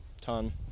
ton